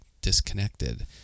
disconnected